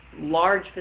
large